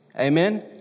Amen